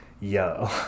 Yo